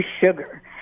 sugar